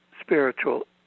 spiritual